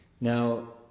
Now